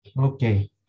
Okay